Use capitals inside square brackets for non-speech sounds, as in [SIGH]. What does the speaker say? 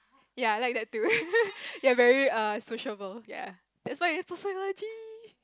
ya I like that too [LAUGHS] you are very err sociable ya that's why you're in sociology